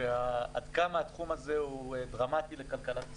עד כמה התחום הזה דרמטי לכלכלת ישראל.